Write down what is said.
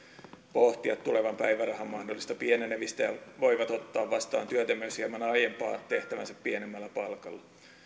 pohtia tulevan päivärahan mahdollista pienenemistä ja he voivat ottaa vastaan työtä myös hieman aiempaa tehtäväänsä pienemmällä palkalla